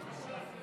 הכנסת נתקבלה.